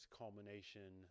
culmination